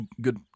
Good